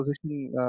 position